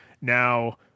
Now